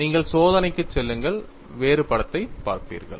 ஆனால் நீங்கள் சோதனைக்குச் செல்லுங்கள் வேறு படத்தைப் பார்ப்பீர்கள்